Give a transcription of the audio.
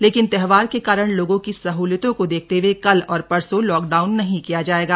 लेकिन त्योहारों के कारण लोगों की सहलियत को देखते हुए कल और परसो लॉकडाउन नहीं किया जाएगा